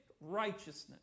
righteousness